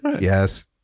yes